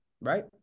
right